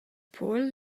paul